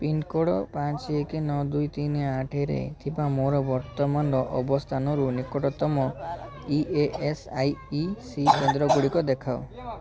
pincode ପାଞ୍ଚ ଏକ ନଅ ଦୁଇ ତିନି ଆଠରେ ଥିବା ମୋର ବର୍ତ୍ତମାନର ଅବସ୍ଥାନରୁ ନିକଟତମ E S I C କେନ୍ଦ୍ର ଗୁଡ଼ିକ ଦେଖାଅ